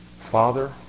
Father